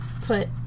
put